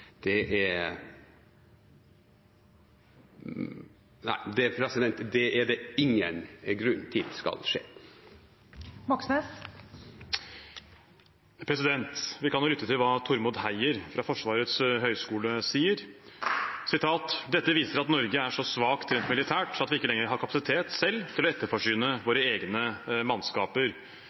Det er – nei, det er det ingen grunn til skal skje. Vi kan jo lytte til hva Tormod Heier fra Forsvarets høgskole sier: «Dette viser at Norge er så svakt rent militært at vi ikke lenger har kapasitet selv til å etterforsyne våre egne mannskaper.»